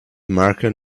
marked